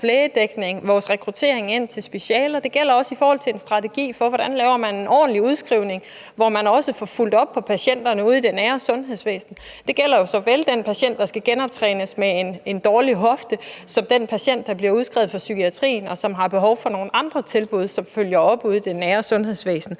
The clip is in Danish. vores lægedækning til vores rekruttering til specialer, og det gælder også i forhold til en strategi for, hvordan man laver en ordentlig udskrivning, hvor man også får fulgt op på patienterne ude i det nære sundhedsvæsen. Det gælder såvel den patient, der skal genoptrænes på grund af en dårlig hofte, som den patient, der bliver udskrevet fra psykiatrien, og som har behov for nogle andre opfølgende tilbud ude i det nære sundhedsvæsen.